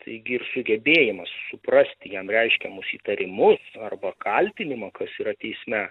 taigi ir sugebėjimas suprasti jam reiškiamus įtarimus arba kaltinimą kas yra teisme